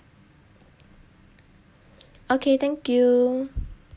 okay thank you